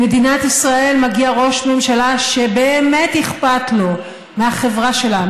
למדינת ישראל מגיע ראש ממשלה שבאמת אכפת לו מהחברה שלה,